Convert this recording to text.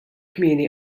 kmieni